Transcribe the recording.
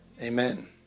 Amen